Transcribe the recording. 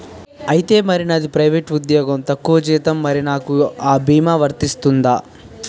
ఐతే మరి నాది ప్రైవేట్ ఉద్యోగం తక్కువ జీతం మరి నాకు అ భీమా వర్తిస్తుందా?